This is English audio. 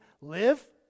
live